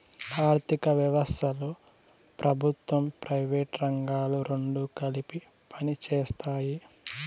ఆర్ధిక వ్యవస్థలో ప్రభుత్వం ప్రైవేటు రంగాలు రెండు కలిపి పనిచేస్తాయి